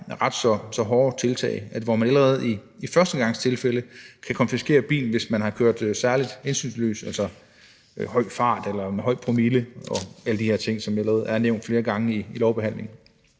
ret så skrappe tiltag, hvor man allerede i førstegangstilfælde kan konfiskere bilen, hvis føreren af bilen har kørt særlig hensynsløst, altså har kørt i høj fart eller med en høj promille og alle de her ting, som allerede er nævnt flere gange i lovbehandlingen.